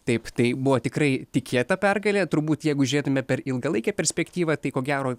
taip tai buvo tikrai tikėta pergalė turbūt jeigu žiūrėtume per ilgalaikę perspektyvą tai ko gero